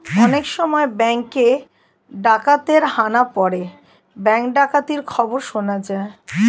অনেক সময় ব্যাঙ্কে ডাকাতের হানা পড়ে ব্যাঙ্ক ডাকাতির খবর শোনা যায়